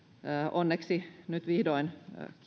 onneksi nyt vihdoin